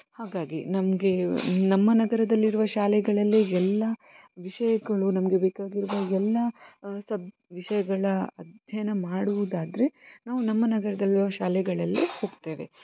ಹಾಗಾಗಿ ನಮಗೆ ನಮ್ಮ ನಗರದಲ್ಲಿರುವ ಶಾಲೆಗಳಲ್ಲೇ ಎಲ್ಲ ವಿಷಯಗಳು ನಮಗೆ ಬೇಕಾಗಿರುವ ಎಲ್ಲ ಸಬ್ ವಿಷಯಗಳ ಅಧ್ಯಯನ ಮಾಡುವುದಾದರೆ ನಾವು ನಮ್ಮ ನಗರದಲ್ಲುವ ಶಾಲೆಗಳಲ್ಲೇ ಹೋಗ್ತೇವೆ